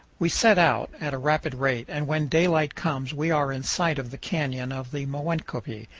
we set out at a rapid rate, and when daylight comes we are in sight of the canyon of the moenkopi,